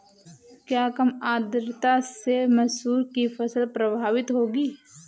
क्या कम आर्द्रता से मसूर की फसल प्रभावित होगी?